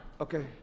Okay